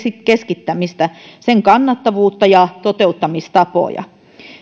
keskittämistä sen kannattavuutta ja toteuttamistapoja